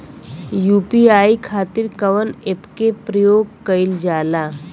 UPI खातीर कवन ऐपके प्रयोग कइलजाला?